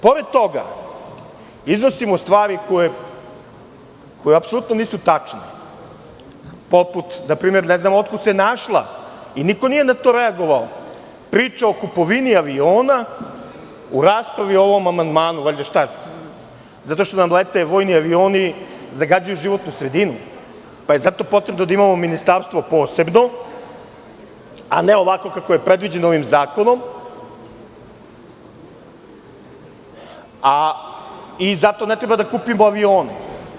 Pored toga, iznosimo stvari koje nisu apsolutno tačne, poput, otkud se našla i niko nije reagovao, priča o kupovini aviona, u raspravi o ovom amandmanu, zato što nam lete vojni avioni, zagađuju životnu sredinu, pa je zato potrebno da imamo ministarstvo posebno, a ne ovako kako je predviđeno ovim zakonom, i zato ne treba da kupimo avione.